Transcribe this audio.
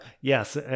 yes